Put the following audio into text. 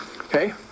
Okay